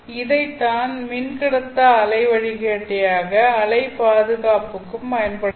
இதைத்தான் மின்கடத்தா அலை வழிகாட்டியாக அலை பாதுகாப்புக்கும் பயன்படுத்த போகிறோம்